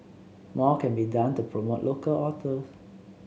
more can be done to promote local authors